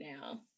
now